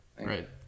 right